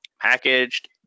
packaged